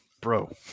bro